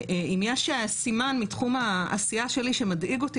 אם יש סימן מתחום העשייה שלי שמדאיג אותי